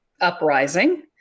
uprising